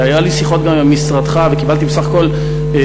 היו לי שיחות גם עם משרדך וקיבלתי בסך הכול תשובות